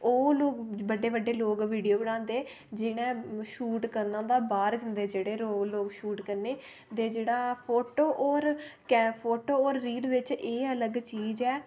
ओह् लोग बड्डे बड्डे लोग वीडियो बनांदे जि'ने शूट करना होंदा बाह्र जंदे जेह्ड़े लोग शूट करने गी और जेह्ड़ा फोटो और रील बिच एह् अलग चीज ऐ